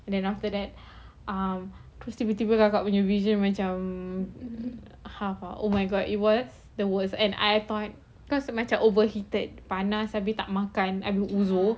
then after that um habis tiba-tiba kakak punya vision macam half ah oh my god it was the worst and I thought cause macam overheated panas habis tak makan I a bit uzur